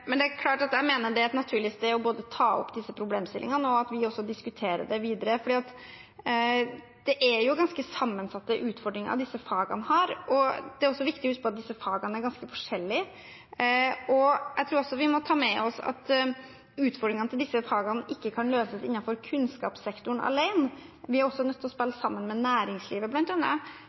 Men det er klart at jeg mener det er et naturlig sted å ta opp disse problemstillingene, og at vi også diskuterer det videre. For disse fagene har jo ganske sammensatte utfordringer, og det er også viktig å huske på at disse fagene er ganske forskjellige. Jeg tror også vi må ta med oss at utfordringene til disse fagene ikke kan løses innenfor kunnskapssektoren alene; vi er også nødt til å spille sammen med bl.a. næringslivet.